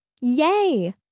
Yay